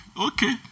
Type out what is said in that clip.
Okay